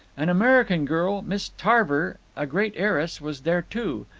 an american girl, miss tarver, a great heiress, was there too.